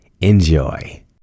Enjoy